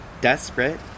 desperate